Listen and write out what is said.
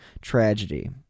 tragedy